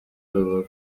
rubavu